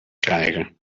krijgen